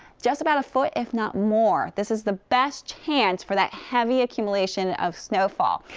just about a foot if not more. this is the best chance for that heavy accumulation of snowfall.